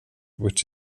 which